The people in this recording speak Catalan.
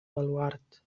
baluard